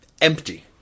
Empty